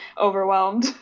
overwhelmed